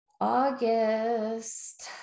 August